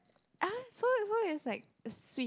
!huh! so and so is like a sweet